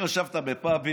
יותר ישבת בפאבים,